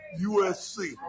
USC